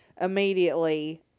immediately